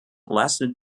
lasted